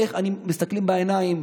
לראות: מסתכלים בעיניים,